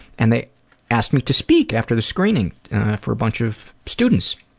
and they asked me to speak after the screening for a bunch of students.